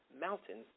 mountains